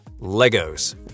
Legos